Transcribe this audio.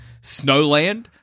Snowland